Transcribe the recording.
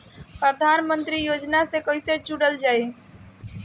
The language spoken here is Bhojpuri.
प्रधानमंत्री योजना से कैसे जुड़ल जाइ?